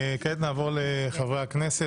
כעת נעבור לחברי הכנסת.